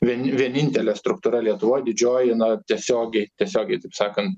vien vienintelė struktūra lietuvoj didžioji na tiesiogiai tiesiogiai taip sakan